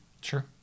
sure